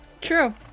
True